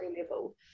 level